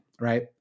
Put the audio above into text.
Right